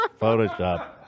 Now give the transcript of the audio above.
Photoshop